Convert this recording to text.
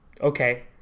okay